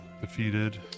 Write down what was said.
Defeated